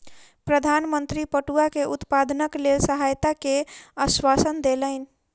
प्रधान मंत्री पटुआ के उत्पादनक लेल सहायता के आश्वासन देलैन